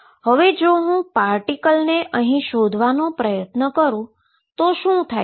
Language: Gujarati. હવે જો હું પાર્ટીકલને અહીં શોધવાનો પ્રયત્ન કરૂં તો શું થાય છે